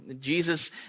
Jesus